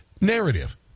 narrative